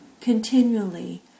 continually